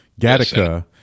Gattaca